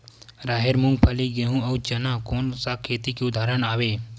राहेर, मूंगफली, गेहूं, अउ चना कोन सा खेती के उदाहरण आवे?